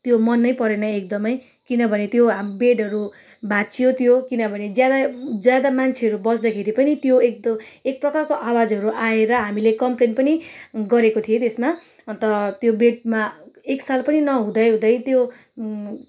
त्यो मनैपरेन एकदमै किनभने त्यो बेडहरू भाँच्यो त्यो किनभने ज्यादा ज्यादा मान्छेहरू बस्दाखेरि पनि त्यो एक प्रकारको आवाजहरू आएर हामीले कम्पलेन पनि गरेको थिएँ त्यसमा अन्त त्यो बेडमा एक साल पनि नहुँदै हुँदै त्यो